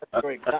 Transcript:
great